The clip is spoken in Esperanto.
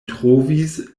trovis